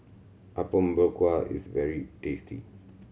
Apom Berkuah is very tasty